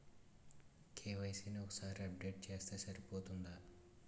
KYC ని ఒక్కసారి update చేస్తే సరిపోతుందా?